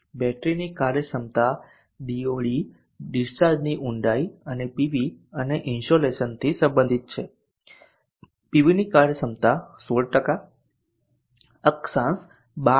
બેટરીની કાર્યક્ષમતા ડીઓડી ડિસ્ચાર્જની ઊંડાઈ અને પીવી અને ઇન્સોલેશનથી સંબંધિત છે પીવીની કાર્યક્ષમતા 16 અક્ષાંશ 12